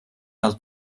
del